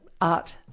art